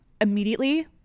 immediately